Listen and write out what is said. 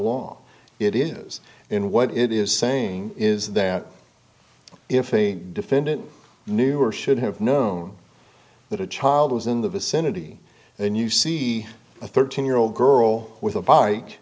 law it is and what it is saying is that if a defendant knew or should have known that a child was in the vicinity and you see a thirteen year old girl with a